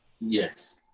Yes